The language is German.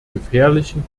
gefährlichen